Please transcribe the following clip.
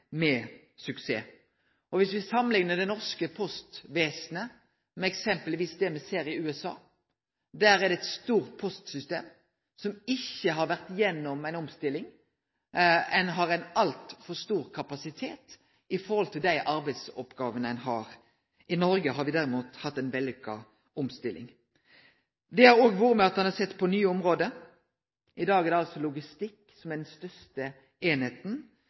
med suksess. Me kan samanlikne det norske postvesenet med det me eksempelvis ser i USA. Der er det eit stort postsystem som ikkje har vore gjennom ei omstilling. Ein har altfor stor kapasitet i forhold til dei arbeidsoppgåvene ein har. I Noreg har me derimot hatt ei vellukka omstilling. Det har òg ført til at ein har sett på nye område. I dag er det Logistikk som er den største